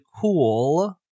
cool